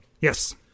Yes